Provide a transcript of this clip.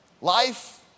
Life